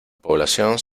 población